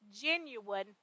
genuine